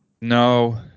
No